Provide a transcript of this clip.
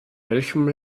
welchem